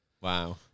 Wow